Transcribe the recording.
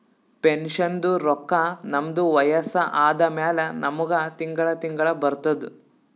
ಪೆನ್ಷನ್ದು ರೊಕ್ಕಾ ನಮ್ದು ವಯಸ್ಸ ಆದಮ್ಯಾಲ ನಮುಗ ತಿಂಗಳಾ ತಿಂಗಳಾ ಬರ್ತುದ್